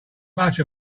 much